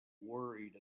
worried